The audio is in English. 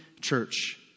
church